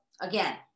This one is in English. again